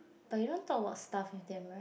but you don't talk about stuff with them right